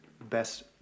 best